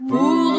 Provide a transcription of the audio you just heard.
Pour